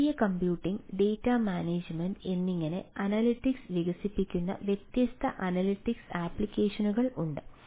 ശാസ്ത്രീയ computing data management എന്നിങ്ങനെ analytic വികസിപ്പിക്കുന്ന വ്യത്യസ്ത അനലിറ്റിക്സ് ആപ്ലിക്കേഷനുകൾ ഉണ്ട്